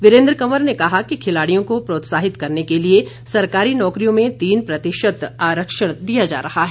वीरेंद्र कंवर ने कहा कि खिलाड़ियों को प्रोत्साहित करने के लिए सरकारी नौकरियों में तीन प्रतिशत आरक्षण दिया जा रहा है